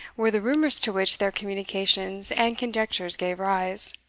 were the rumours to which their communications and conjectures gave rise.